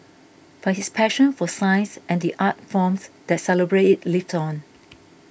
but his passion for science and the art forms that celebrate it lived on